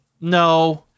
No